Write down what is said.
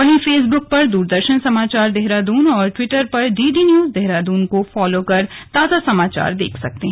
वहीं फेसबुक पर दूरदर्शन समाचार देहरादून और ट्वीटर पर डीडी न्यूज देहरादून को फॉलो कर ताजा समाचार देख सकते हैं